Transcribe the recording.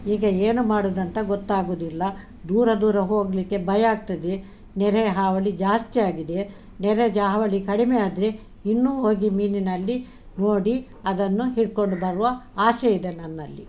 ಈಗ ಏನು ಮಾಡುದಂತ ಗೊತ್ತಾಗುದಿಲ್ಲ ದೂರ ದೂರ ಹೋಗಲಿಕ್ಕೆ ಭಯ ಆಗ್ತದೆ ನೆರೆ ಹಾವಳಿ ಜಾಸ್ತಿ ಆಗಿದೆ ನೆರೆ ಜ ಹಾವಳಿ ಕಡಿಮೆ ಆದರೆ ಇನ್ನೂ ಹೋಗಿ ಮೀನಿನಲ್ಲಿ ನೋಡಿ ಅದನ್ನು ಹಿಡ್ಕೊಂಡು ಬರುವ ಆಸೆ ಇದೆ ನನ್ನಲ್ಲಿ